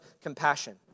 compassion